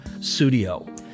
Studio